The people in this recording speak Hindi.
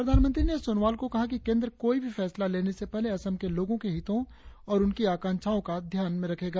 प्रधानमंत्री ने सोनोवाल को कहा कि केंद्र कोई भी फैसला लेने से पहले असम के लोगों के हितों और उनकी आकांक्षाओं को ध्यान में रखेगा